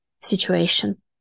situation